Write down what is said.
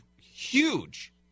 huge